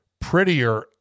prettier